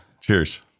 cheers